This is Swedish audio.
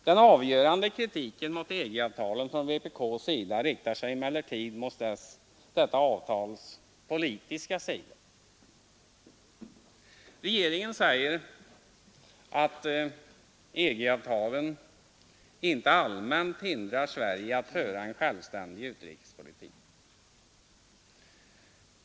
Den avgörande kritiken mot EG-avtalet från vpk:s sida riktar sig emellertid mot detta avtals politiska sida. Regeringen säger att EG-avtalen inte allmänt hindrar Sverige att föra en självständig utrikespolitik.